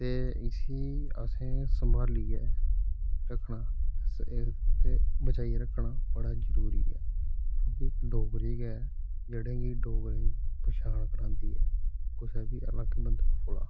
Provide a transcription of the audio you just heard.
ते इसी असें संभालियै रक्खना एह् ते बचाइयै रक्खना बड़ा जरूरी ऐ क्योंकि डोगरी के ऐ जेह्ड़े डोगरें दी पंछान करांदी ऐ कुसा बी बक्ख बंदे कोला